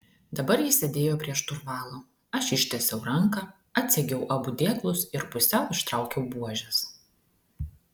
dabar jis sėdėjo prie šturvalo aš ištiesiau ranką atsegiau abu dėklus ir pusiau ištraukiau buožes